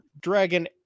dragon